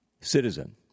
citizen